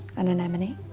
an anemone,